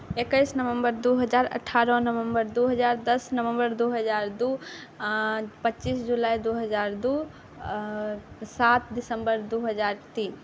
एकैस नवम्बर दू हजार अठारह नवम्बर दू हजार दस नवम्बर दू हजार दू पच्चीस जुलाइ दू हजार दू सात दिसम्बर दू हजार तीन